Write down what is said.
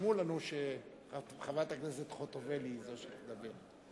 רשמו לנו שחברת הכנסת חוטובלי היא זו שתדבר,